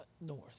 North